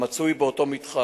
המצוי באותו מתחם,